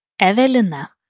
Evelina